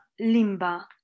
limba